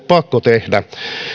pakko tehdä